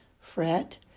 fret